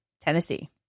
Tennessee